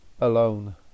alone